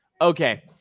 okay